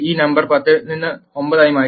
ഈ നമ്പർ 10 ൽ നിന്ന് 9 ആയി മാറ്റി